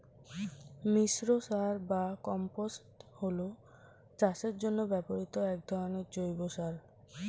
মিশ্র সার বা কম্পোস্ট হল চাষের জন্য ব্যবহৃত এক ধরনের জৈব সার